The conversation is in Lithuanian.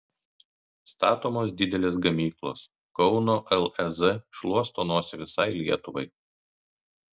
statomos didelės gamyklos kauno lez šluosto nosį visai lietuvai